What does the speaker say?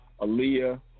Aaliyah